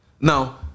Now